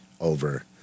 over